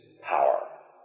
power